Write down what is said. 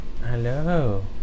Hello